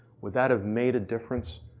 would that have made a difference?